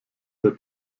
der